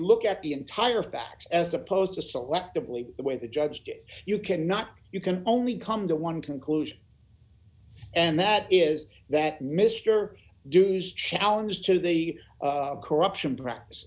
at the entire facts as opposed to selectively the way the judge did you cannot you can only come to one conclusion and that is that mr dews challenge to the corruption practice